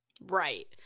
Right